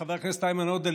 חבר הכנסת איימן עודה,